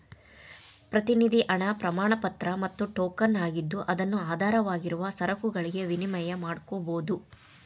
ಪ್ರತಿನಿಧಿ ಹಣ ಪ್ರಮಾಣಪತ್ರ ಮತ್ತ ಟೋಕನ್ ಆಗಿದ್ದು ಅದನ್ನು ಆಧಾರವಾಗಿರುವ ಸರಕುಗಳಿಗೆ ವಿನಿಮಯ ಮಾಡಕೋಬೋದು